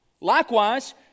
Likewise